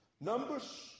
Numbers